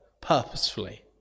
purposefully